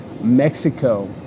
Mexico